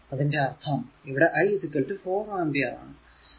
അതിന്റെ അർഥം ഇവിടെ I 4 ആമ്പിയർ ആണ്